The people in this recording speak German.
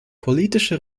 politische